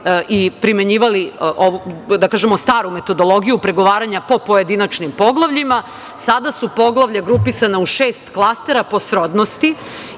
i primenjivali staru metodologiju pregovaranja po pojedinačnim poglavljima, sada su poglavlja grupisana u šest klastera po srodnosti